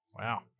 Wow